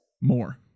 More